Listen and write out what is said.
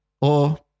Or-